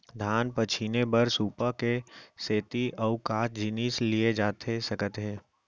धान पछिने बर सुपा के सेती अऊ का जिनिस लिए जाथे सकत हे?